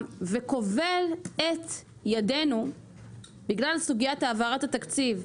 וכובל את ידינו בגלל סוגיית העברת התקציב,